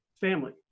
family